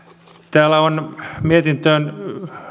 tähän mietintöön